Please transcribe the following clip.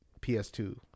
PS2